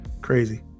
crazy